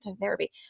therapy